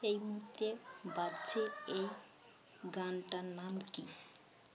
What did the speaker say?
এই মুহূর্তে বাজছে এই গানটার নাম কী